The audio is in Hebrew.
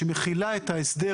שמכילה את ההסדר